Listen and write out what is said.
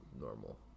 normal